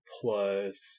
plus